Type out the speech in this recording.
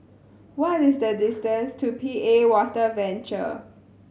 what is the distance to P A Water Venture